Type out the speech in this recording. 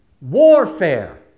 warfare